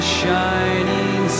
shining